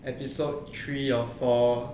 episode three or four